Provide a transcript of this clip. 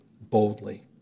boldly